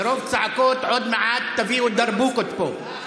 מרוב צעקות עוד מעט תביאו דרבוקות לפה.